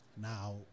Now